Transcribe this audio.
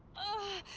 oh